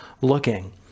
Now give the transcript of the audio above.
looking